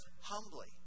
humbly